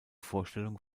vorstellung